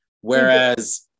Whereas